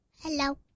Hello